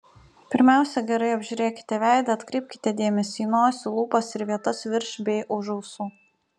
pirmiausia gerai apžiūrėkite veidą atkreipkite dėmesį į nosį lūpas ir vietas virš bei už ausų